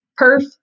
perf